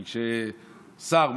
כששר,